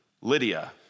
Lydia